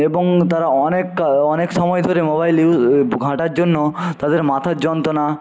এবং তারা অনেক অনেক সময় ধরে মোবাইল ইউজ ঘাঁটার জন্য তাদের মাথার যন্ত্রণা